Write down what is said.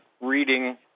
reading